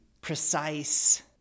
precise